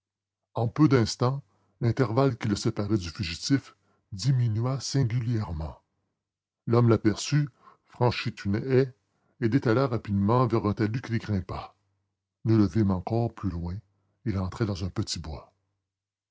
en peu d'instants l'intervalle qui le séparait du fugitif diminua singulièrement l'homme l'aperçut franchit une haie et détala rapidement vers un talus qu'il grimpa nous le vîmes encore plus loin il entrait dans un petit bois